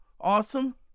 awesome